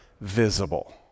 visible